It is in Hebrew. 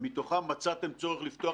אבל למה את לא שואלת אותו איפה היית לפני